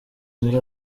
muri